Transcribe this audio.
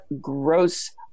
gross